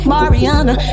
Mariana